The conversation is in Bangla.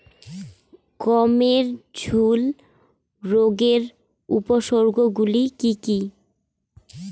গমের ঝুল রোগের উপসর্গগুলি কী কী?